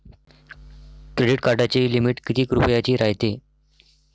Credit कार्डाची limit कितीक रुपयाची रायते?